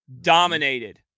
dominated